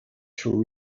through